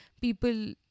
people